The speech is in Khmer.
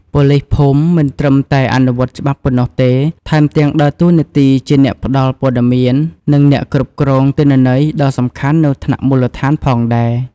ប៉ូលីសភូមិមិនត្រឹមតែអនុវត្តច្បាប់ប៉ុណ្ណោះទេ ថែមទាំងដើរតួនាទីជាអ្នកផ្តល់ព័ត៌មាន និងអ្នកគ្រប់គ្រងទិន្នន័យដ៏សំខាន់នៅថ្នាក់មូលដ្ឋានផងដែរ។